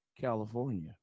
california